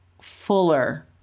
fuller